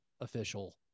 official